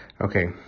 okay